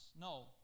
No